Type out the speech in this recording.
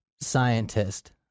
scientist